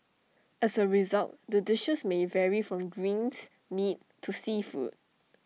as A result the dishes may vary from greens meat to seafood